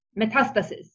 metastasis